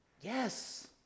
Yes